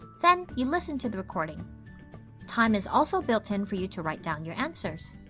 then you listen to the recording time is also built in for you to write down your answers.